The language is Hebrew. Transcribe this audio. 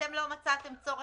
אתם לא מצאתם צורך,